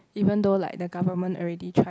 even though like the government already try